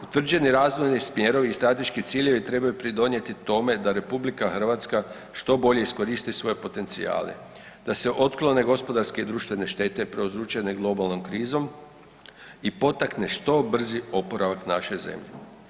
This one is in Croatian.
Utvrđeni razvojni smjerovi i strateški ciljevi trebaju pridonijeti tome da RH što bolje iskoristi svoje potencijale, da se otklone gospodarske i društvene štete prouzročene globalnom krizom i potakne što brži oporavak naše zemlje.